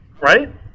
Right